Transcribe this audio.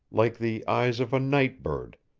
like the eyes of a night-bird,